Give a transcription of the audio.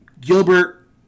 Gilbert